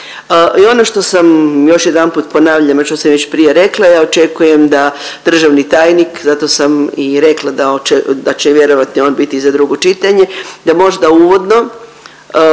I ono što sam još jedanput ponavljam a što sam već prije rekla ja očekujem da državni tajnik, zato sam i rekla da oč… da će vjerojatno i on biti za drugo čitanje da možda uvodno